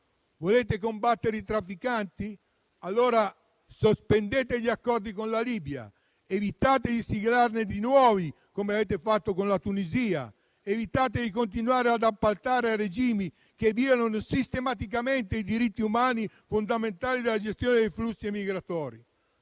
Volete combattere i trafficanti? Allora sospendete gli accordi con la Libia; evitate di siglarne di nuovi, come avete fatto con la Tunisia; evitate di continuare ad appaltare a regimi che violano sistematicamente i diritti umani fondamentali la gestione dei flussi migratori.